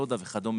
דודה וכו',